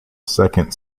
second